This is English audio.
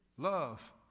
Love